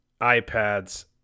iPads